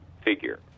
figure